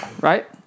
Right